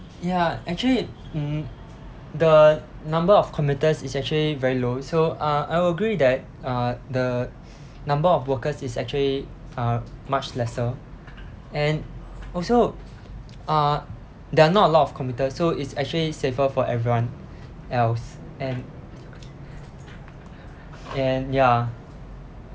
ya actually mm the number of commuters is actually very low so uh I will agree with that uh the number of workers is actually uh much lesser and also uh there are not a lot of commuters so it's actually safer for everyone else and and ya